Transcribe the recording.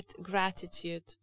gratitude